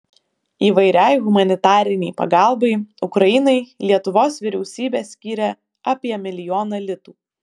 įvairiai humanitarinei pagalbai ukrainai lietuvos vyriausybė skyrė apie milijoną litų